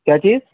کیا چیز